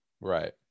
Right